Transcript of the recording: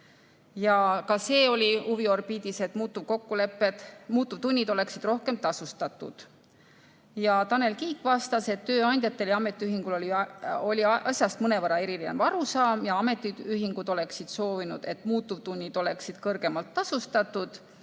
Ka see oli huviorbiidis, et muutuvtunnid oleksid rohkem tasustatud. Tanel Kiik vastas, et tööandjatel ja ametiühingutel oli asjast mõnevõrra erinev arusaam. Ametiühingud oleksid soovinud, et muutuvtunnid oleksid kõrgemalt tasustatud